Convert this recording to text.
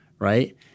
right